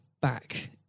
back